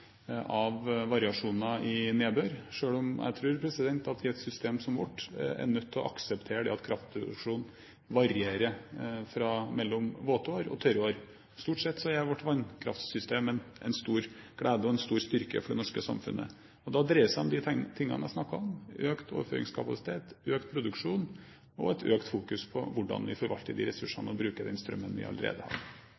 av variasjoner i nedbør, selv om jeg tror at vi i et system som vårt, er nødt til å akseptere at kraftproduksjonen varierer mellom våtår og tørrår. Stort sett er vårt vannkraftsystem en stor glede og en stor styrke for det norske samfunnet. Og da dreier det seg om de tingene jeg snakket om: økt overføringskapasitet, økt produksjon og et økt fokus på hvordan vi forvalter de